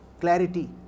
clarity